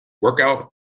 workout